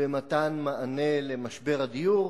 במתן מענה על משבר הדיור,